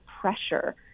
pressure